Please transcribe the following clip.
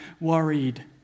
worried